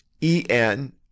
E-N